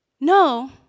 no